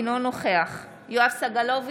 אינו נוכח יואב סגלוביץ'